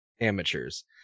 amateurs